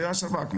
זה השב"כ.